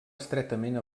estretament